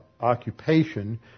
occupation